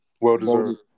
Well-deserved